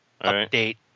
update